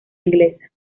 inglesa